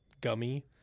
gummy